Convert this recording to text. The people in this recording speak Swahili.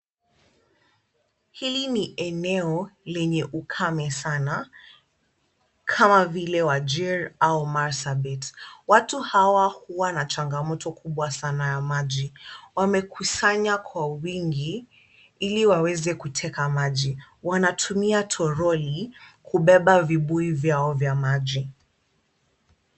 Hili ni eneo lenye ukame sana kama vile Wajir au Marsabit. Watu hawa huwa na changamoto kubwa sana ya maji. Wamekusanya kwa wingi ili waweze kuteka maji. Wanatumia toroli kubeba vibuyu vyao vya maji.